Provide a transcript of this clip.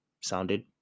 sounded